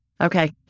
Okay